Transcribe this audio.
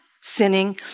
sinning